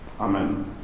Amen